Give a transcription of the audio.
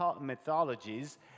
mythologies